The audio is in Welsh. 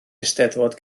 eisteddfod